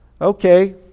okay